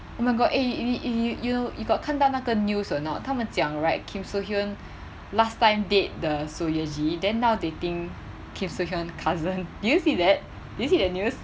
oh my god eh did you you you got 看到那个 news or not 他们讲 right kim soo hyun last time date the seo ye ji then now dating kim soo hyun cousin did you see that is it that news